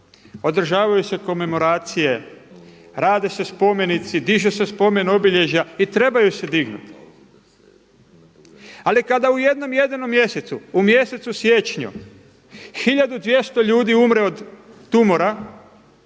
održavaju se komemoracije, rade se spomenici, diže se spomen obilježja i trebaju se dignuti, ali kada u jednom jedinom mjesecu u mjesecu siječnju tisuću 200 ljudi umre od tumora,